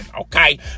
okay